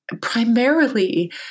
primarily